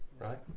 right